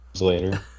later